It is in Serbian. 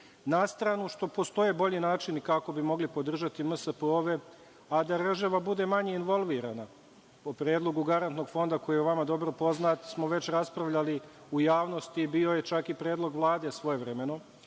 na stranu što postoje bolji načini kako bi mogli podržati MSP-ove, a da država bude manje involvirana.O predlogu garantnog fonda, koji je vama dobro poznat, smo već raspravljali u javnosti i bio je čak i predlog Vlade svojevremeno,